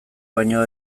baino